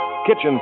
kitchen